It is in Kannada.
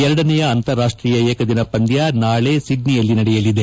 ಎರಡನೆಯ ಅಂತಾರಾಖ್ವೀಯ ಏಕದಿನ ಪಂದ್ಯ ನಾಳೆ ಪಿಡ್ನಿಯಲ್ಲಿ ನಡೆಯಲಿದೆ